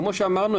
כפי שאמרנו,